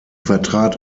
vertrat